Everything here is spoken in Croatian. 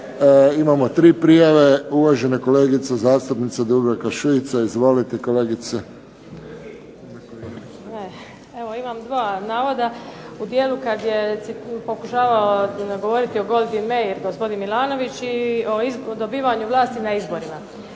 Imamo 3 prijave. Uvažena kolegica zastupnica Dubravka Šuica. Izvolite kolegice. **Šuica, Dubravka (HDZ)** Evo imam 2 navoda. U dijelu kad je pokušavao govoriti o Goldi Meir gospodin Milanović i o dobivanju vlasti na izborima.